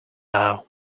are